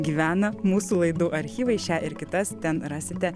gyvena mūsų laidų archyvai šią ir kitas ten rasite